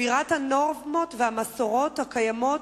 ושבירת הנורמות והמסורות הקיימות